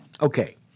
Okay